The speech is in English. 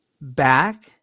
Back